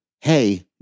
Hey